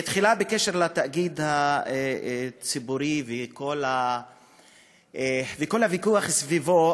תחילה בקשר לתאגיד הציבורי וכל הוויכוח סביבו,